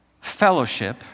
fellowship